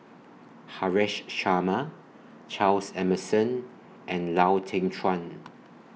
Haresh Sharma Charles Emmerson and Lau Teng Chuan